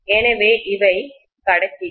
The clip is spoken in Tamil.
எனவே இவை கடத்திகள்